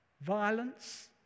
violence